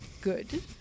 Good